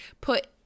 put